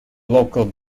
local